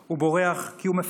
הוא בורח כי הוא מפחד,